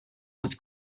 was